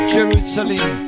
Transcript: Jerusalem